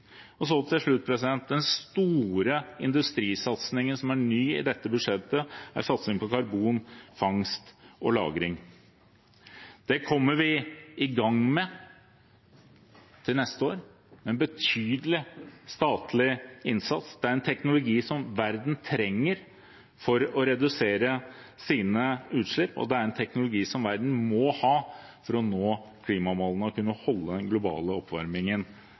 Til slutt: Den store industrisatsingen som er ny i dette budsjettet, er satsing på karbonfangst og -lagring. Det kommer vi i gang med til neste år – en betydelig statlig innsats. Det er en teknologi som verden trenger for å redusere sine utslipp, og det er en teknologi som verden må ha for å nå klimamålene og kunne holde den globale oppvarmingen